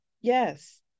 yes